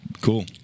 cool